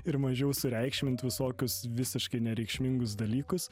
ir mažiau sureikšmint visokius visiškai nereikšmingus dalykus